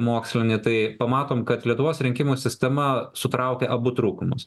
mokslinį tai pamatom kad lietuvos rinkimų sistema sutraukia abu trūkumus